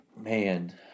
Man